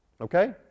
Okay